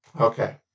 Okay